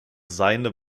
seine